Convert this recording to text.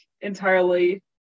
entirely